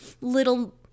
little